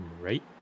Right